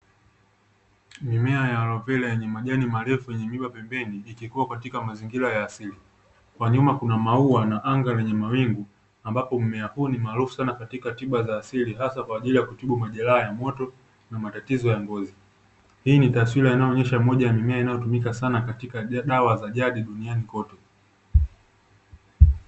Mimea ya aloe vera yenye majani marefu yenye miba pembeni ikikuwa katika mazingira ya asili. Kwa nyuma kuna maua na anga lenye mawingu ambapo mmea huo ni maarufu sana katika tiba za asili hasa kwa ajili ya kujibu majeraha ya moto na matatizo ya ngozi. Hii ni taswira inayoonyesha moja ya mimea inayotumika sana katika dawa za jadi duniani kote.